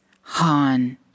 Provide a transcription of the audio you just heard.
Han